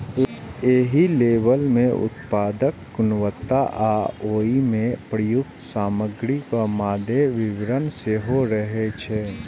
एहि लेबल मे उत्पादक गुणवत्ता आ ओइ मे प्रयुक्त सामग्रीक मादे विवरण सेहो रहै छै